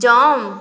jump